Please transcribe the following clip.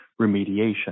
remediation